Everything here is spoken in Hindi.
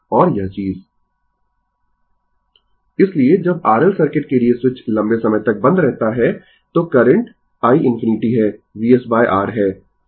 तो यह i0 0 के साथ एक R L सर्किट का स्टेप रिस्पांस है कोई प्रारंभिक इंडक्टर करंट नहीं एक करंट रिस्पांस और दूसरा वोल्टेज रिस्पांस अतः